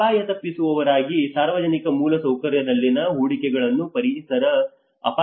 ಅಪಾಯ ತಪ್ಪಿಸುವವರಾಗಿ ಸಾರ್ವಜನಿಕ ಮೂಲಸೌಕರ್ಯದಲ್ಲಿನ ಹೂಡಿಕೆಗಳನ್ನು ಪರಿಸರ ಅಪಾಯಗಳಲ್ಲಿ ರಕ್ಷಿಸಲಾಗಿದೆ